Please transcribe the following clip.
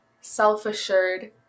self-assured